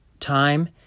time